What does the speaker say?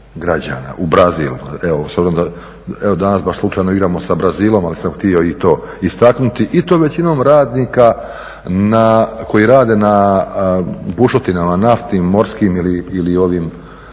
u Brazil. Evo baš danas slučajno igramo s Brazilom, ali sam htio i to istaknuti i to većinom radnika koji rade na naftnim bušotinama, morskim ili zemnim